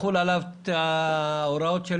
יחולו עליו ההוראות של